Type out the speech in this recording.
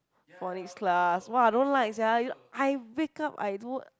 phonics class !wah! don't like sia I wake up I don't